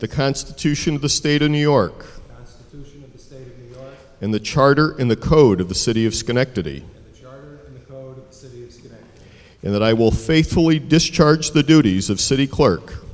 the constitution of the state of new york state in the charter in the code of the city of schenectady and that i will faithfully discharge the duties of city clerk